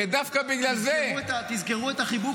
ודווקא בגלל זה --- תזכרו את החיבוק